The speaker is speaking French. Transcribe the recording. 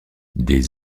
des